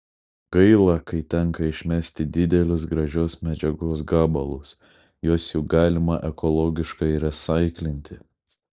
gaila kai tenka išmesti didelius gražios medžiagos gabalus juos juk galima ekologiškai resaiklinti